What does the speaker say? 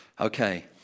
Okay